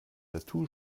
tattoo